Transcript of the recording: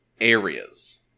areas